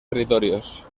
territorios